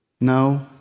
No